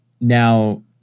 Now